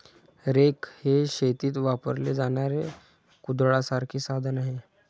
rake हे शेतीत वापरले जाणारे कुदळासारखे साधन आहे